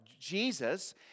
Jesus